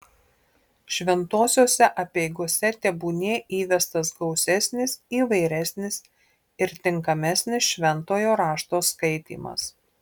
šventosiose apeigose tebūnie įvestas gausesnis įvairesnis ir tinkamesnis šventojo rašto skaitymas